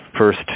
first